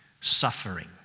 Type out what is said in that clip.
suffering